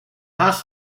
haag